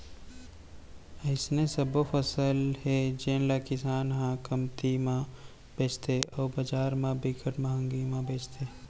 अइसने सबो फसल हे जेन ल किसान ह कमती म बेचथे अउ बजार म बिकट मंहगी म बेचाथे